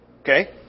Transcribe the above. Okay